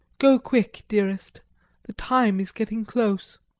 go quick, dearest the time is getting close.